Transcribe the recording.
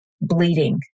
bleeding